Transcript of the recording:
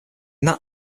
that